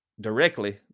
directly